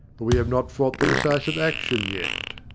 but we have not fought the decisive action yet.